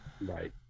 Right